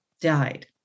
died